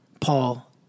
Paul